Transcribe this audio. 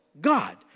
God